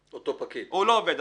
הוא לא עובד,